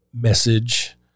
message